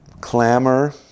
Clamor